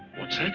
what's that?